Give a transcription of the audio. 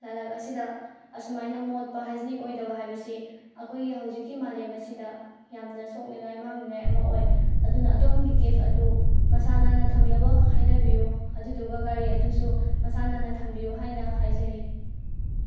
ꯂꯥꯜꯂꯛ ꯑꯁꯤꯗ ꯑꯁꯨꯃꯥꯏꯅ ꯃꯣꯠꯄ ꯍꯥꯏꯖꯅꯤꯛ ꯑꯣꯏꯗꯕ ꯍꯥꯏꯕꯁꯤ ꯑꯩꯈꯣꯏꯒꯤ ꯍꯧꯖꯤꯛꯀꯤ ꯃꯥꯂꯦꯝ ꯑꯁꯤꯗ ꯌꯥꯝꯅ ꯁꯣꯛꯅꯤꯡꯉꯥꯏ ꯃꯥꯡꯅꯤꯡꯉꯥꯏ ꯑꯃ ꯑꯣꯏ ꯑꯗꯨꯅ ꯑꯗꯣꯝꯒꯤ ꯀꯦꯕ ꯑꯗꯨ ꯃꯁꯥ ꯅꯥꯟꯅ ꯊꯝꯅꯕ ꯍꯥꯏꯅꯕꯤꯌꯨ ꯑꯗꯨꯗꯨꯒ ꯒꯥꯔꯤ ꯑꯗꯨꯁꯨ ꯃꯁꯥ ꯅꯥꯟꯅ ꯊꯝꯕꯤꯌꯨ ꯍꯥꯏꯅ ꯍꯥꯏꯖꯔꯤ